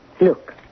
look